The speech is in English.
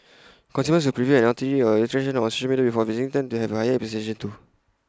consumers who preview an eatery or attraction on before visiting tend to have higher expectations too